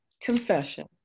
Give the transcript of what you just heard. confession